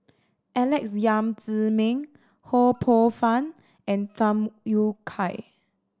Alex Yam Ziming Ho Poh Fun and Tham Yui Kai